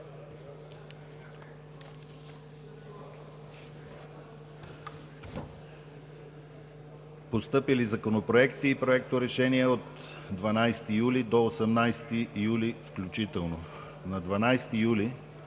Постъпили законопроекти и проекторешения от 12 юли до 18 юли, включително: - На 12 юли